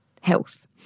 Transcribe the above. health